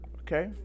okay